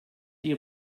die